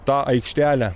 tą aikštelę